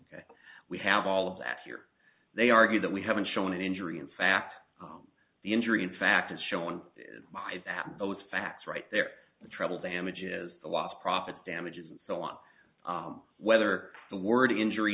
disagree we have all of that here they argue that we haven't shown an injury in fact the injury in fact it's shown mind that those facts right there the treble damages the lost profits damages and so on whether the word injury